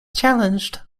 challenged